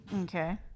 okay